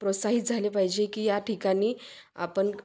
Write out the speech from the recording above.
प्रोत्साहित झाले पाहिजे की या ठिकाणी आपण